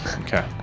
Okay